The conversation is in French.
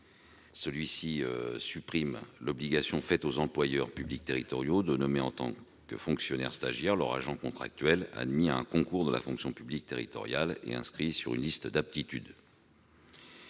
visait à supprimer l'obligation faite aux employeurs publics territoriaux de nommer en tant que fonctionnaires stagiaires leurs agents contractuels admis à un concours de la fonction publique territoriale et inscrits sur une liste d'aptitude.